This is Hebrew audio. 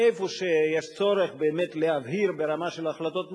איפה שיש צורך באמת להבהיר ברמה של החלטות,